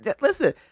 Listen